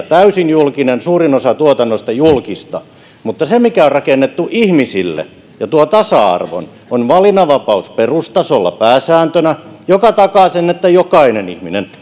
täysin julkinen suurin osa tuotannosta julkista mutta se mikä on rakennettu ihmisille ja tuo tasa arvon on valinnanvapaus perustasolla pääsääntönä mikä takaa sen että jokainen ihminen